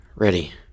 Ready